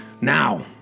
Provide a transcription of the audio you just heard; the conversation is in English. Now